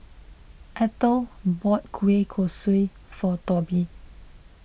Eithel bought Kueh Kosui for Toby